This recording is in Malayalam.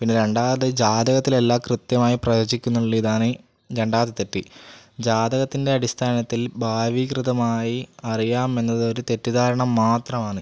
പിന്നെ രണ്ടാമത് ജാതകത്തിലെല്ലാം കൃത്യമായി പ്രവചിക്കുന്നു എന്ന ഇതാണ് രണ്ടാമത്തെ തെറ്റി ജാതകത്തിൻ്റെ അടിസ്ഥാനത്തിൽ ഭാവികൃതമായി അറിയാം എന്നത് ഒരു തെറ്റിധാരണ മാത്രമാണ്